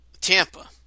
Tampa